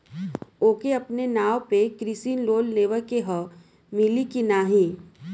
ओके अपने नाव पे कृषि लोन लेवे के हव मिली की ना ही?